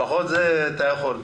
לפחות את זה אתה יכול.